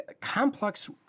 complex